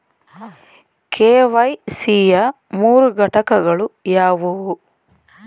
KYC ಯ ಮೂರು ಘಟಕಗಳು ಯಾವುವು?